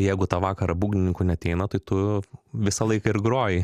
jeigu tą vakarą būgnininkų neateina tai tu visą laiką ir groji